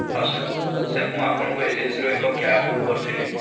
ହଁ sir sir ମୁଁ ଆପଣଙ୍କ ଏଜେନ୍ସିରୁ ଏକ କ୍ୟାବ ବୂକ୍ କରିଥିଲି